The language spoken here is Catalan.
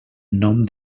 nom